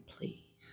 please